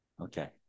Okay